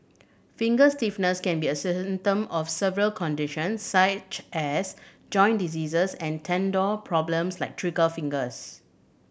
finger stiffness can be a symptom of several conditions such as joint diseases and tendon problems like trigger fingers